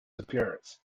appearance